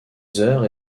heures